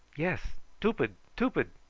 yes tupid, tupid.